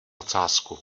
ocásku